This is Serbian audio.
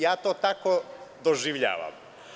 Ja to tako doživljavam.